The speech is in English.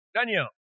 Daniel